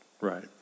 Right